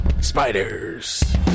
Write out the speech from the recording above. Spiders